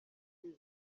muri